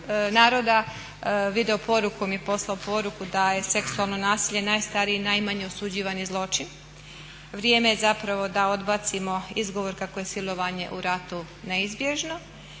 naroda videoporukom je poslao poruku da je seksualno nasilje najstarije i najmanje osuđivani zločin. Vrijeme je zapravo da odbacimo izgovor kako je silovanje u ratu neizbježno.